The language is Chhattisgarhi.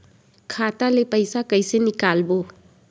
खाता ले पईसा कइसे निकालबो?